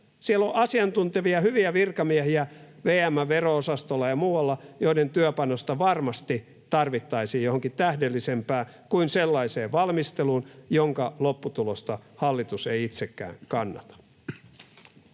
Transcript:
Siellä on asiantuntevia, hyviä virkamiehiä VM:n vero-osastolla ja muualla, joiden työpanosta varmasti tarvittaisiin johonkin tähdellisempään kuin sellaiseen valmisteluun, jonka lopputulosta hallitus ei itsekään kannata.